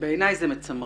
בעיני זה מצמרר,